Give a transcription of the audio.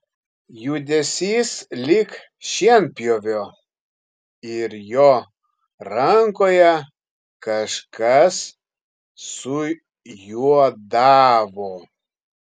judesys lyg šienpjovio ir jo rankoje kažkas sujuodavo